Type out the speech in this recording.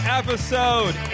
episode